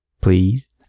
Please